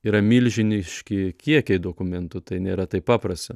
yra milžiniški kiekiai dokumentų tai nėra taip paprasta